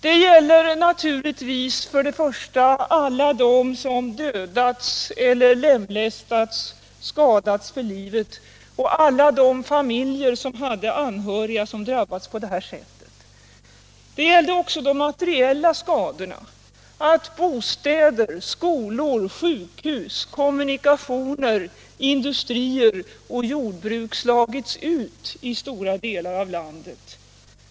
Detta gäller naturligtvis först och främst alla dem som dödats eller lemlästats eller skadats för livet och alla de familjer med anhöriga som drabbats på det sättet. Det gäller också de materiella skadorna: att bostäder, skolor, sjukhus, kommunikationer, industrier och jordbruk slagits ut i stora delar av landet.